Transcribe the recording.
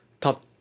Top